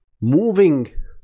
moving